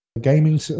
gaming